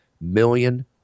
million